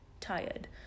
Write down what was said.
tired